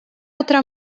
outra